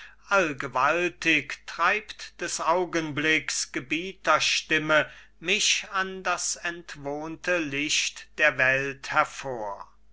allgewaltig treibt des augenblicks gebieterstimme mich an das entwohnte licht der welt hervor